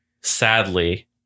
sadly